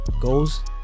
Goals